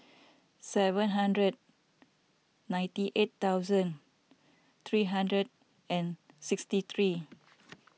seven hundred ninety eight thousand three hundred and sixty three